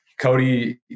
Cody